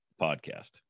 podcast